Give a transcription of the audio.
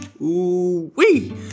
Ooh-wee